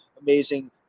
amazing